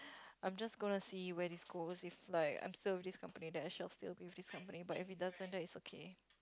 I'm just gonna see where this goes if like I'm still with this company then I shall still be with this company but if it doesn't then it's okay